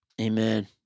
Amen